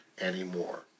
anymore